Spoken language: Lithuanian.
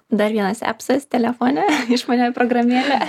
dar vienas epsas telefone išmanioji programėlė